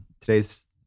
today's